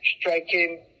striking